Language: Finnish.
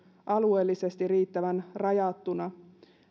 alueellisesti riittävän rajattuna